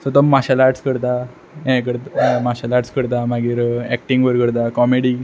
so तो martial arts करता हें करता मार्शियल आर्ट्स करता मागीर एक्टींग बरी करता कॉमिडी